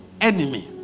enemy